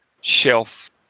shelf